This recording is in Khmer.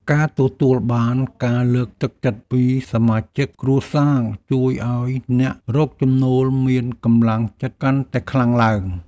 ការទទួលបានការលើកទឹកចិត្តពីសមាជិកគ្រួសារជួយឱ្យអ្នករកចំណូលមានកម្លាំងចិត្តកាន់តែខ្លាំងឡើង។